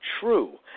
true